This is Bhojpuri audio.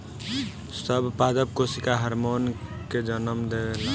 सब पादप कोशिका हार्मोन के जन्म देवेला